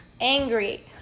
Angry